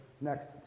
next